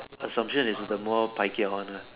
assumption is the more Pai Kia one lah